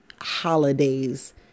holidays